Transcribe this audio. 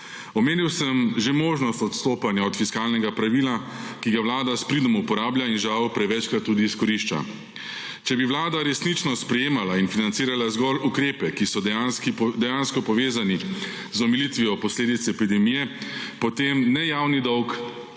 Omenil sem že možnost odstopanja od fiskalnega pravila, ki ga vlada s pridom uporablja in žal prevečkrat tudi izkorišča. Če bi vlada resnično sprejemala in financirala zgolj ukrepe, ki so dejansko povezani z omilitvijo posledic epidemije, potem ne javni dolg